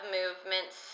movements